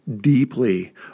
deeply